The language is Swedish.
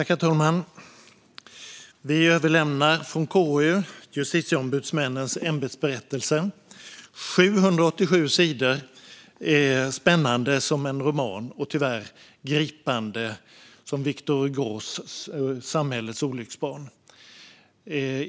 Herr talman! Vi överlämnar från KU J ustitieombudsmännens ämbetsberättelse . Den är på 787 sidor och spännande som en roman och tyvärr gripande som Victor Hugos Samhällets olycksbarn .